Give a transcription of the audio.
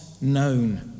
known